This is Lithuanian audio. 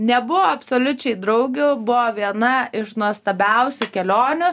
nebuvo absoliučiai draugių buvo viena iš nuostabiausių kelionių